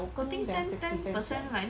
我跟 sixty cent 将